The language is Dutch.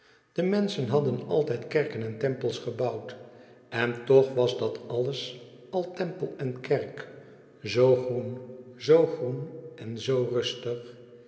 de menschen hadden altijd kerken en tempels gebouwd en toch was dat alles al tempel en kerk zoo groen zoo groen en zoo rustig